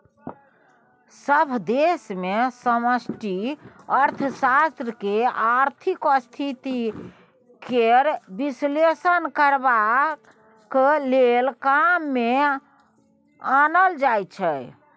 सभ देश मे समष्टि अर्थशास्त्र केँ आर्थिक स्थिति केर बिश्लेषण करबाक लेल काम मे आनल जाइ छै